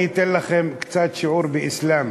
אני אתן לכם קצת שיעור באסלאם.